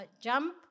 jump